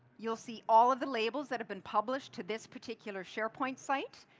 you'll see all of the labels that have been published to this particular sharepoint site,